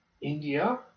India